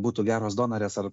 būtų geros donorės ar